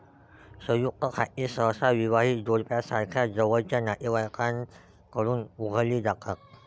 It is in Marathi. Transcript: संयुक्त खाती सहसा विवाहित जोडप्यासारख्या जवळच्या नातेवाईकांकडून उघडली जातात